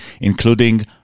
including